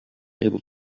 able